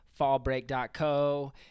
fallbreak.co